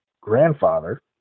grandfather